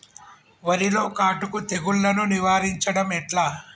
వరిలో కాటుక తెగుళ్లను నివారించడం ఎట్లా?